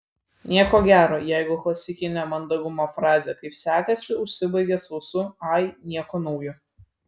nieko gero jeigu klasikinė mandagumo frazė kaip sekasi užsibaigia sausu ai nieko naujo